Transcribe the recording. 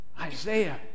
Isaiah